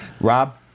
Rob